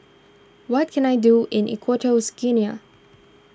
what can I do in Equatorial Guinea